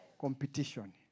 Competition